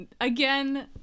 Again